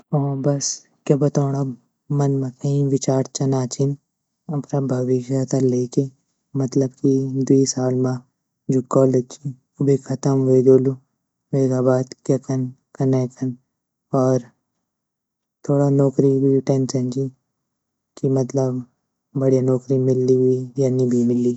हों बस क्या बातोंण अब मन म कई विचार चना छीन अपरा भविष्य त लेके मतलब की द्वि साल म जू कॉलेज ची उ भी खतम वे जोलू वेगा बाद क्य कन कने कन और थोड़ा नौकरी गी भी टेंशन ची की मतलब बढ़िया नौकरी मिली या नी भी मिली।